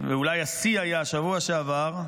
ואולי השיא היה שבוע שעבר,